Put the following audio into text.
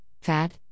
fat